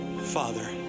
father